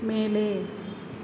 மேலே